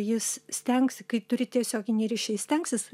jis stengs kai turi tiesioginį ryšį jis stengsis